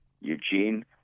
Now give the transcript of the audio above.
Eugene